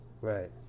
right